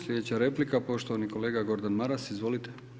Slijedeća replika poštovani kolega Gordan Maras, izvolite.